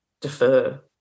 defer